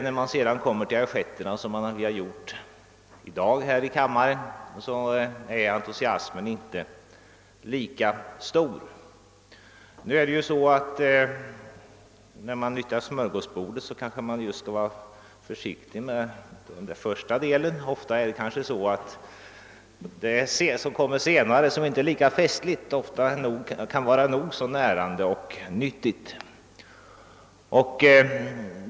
När man sedan kommer till assietterna som vi har gjort i dag här i kammaren är entusiasmen inte lika stor. När man njuter av smörgåsbordet kanske man bör vara försiktig med den första delen. Ofta är väl det som kommer senare inte lika festligt men kan vara nog så närande och nyttigt.